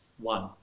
One